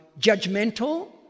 judgmental